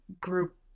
group